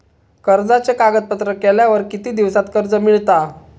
कर्जाचे कागदपत्र केल्यावर किती दिवसात कर्ज मिळता?